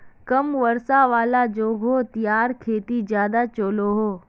कम वर्षा वाला जोगोहोत याहार खेती ज्यादा चलोहो